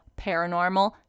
paranormal